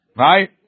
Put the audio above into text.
right